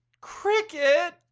Cricket